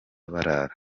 barara